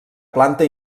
planta